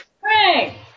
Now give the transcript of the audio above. Frank